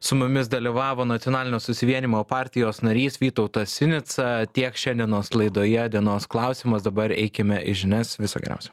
su mumis dalyvavo nacionalinio susivienijimo partijos narys vytautas sinica tiek šiandienos laidoje dienos klausimas dabar eikime į žinias viso geriausio